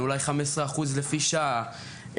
אולי 15% לפי שעה,